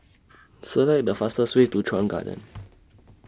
Select The fastest Way to Chuan Garden